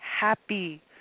happy